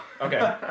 Okay